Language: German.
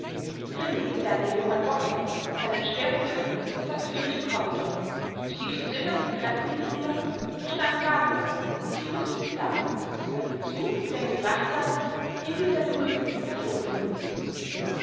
grimmig zerrte johann bogdn seinen schwerbepackten rucksack durch den korridor stieg zögernd die treppen hinunter und stand ratlos hilfesuchend da als der zug der ihn gebracht hatte hinter seinem rücken davonfuhr